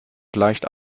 gleicht